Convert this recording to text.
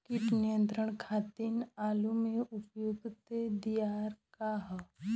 कीट नियंत्रण खातिर आलू में प्रयुक्त दियार का ह?